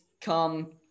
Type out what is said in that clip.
come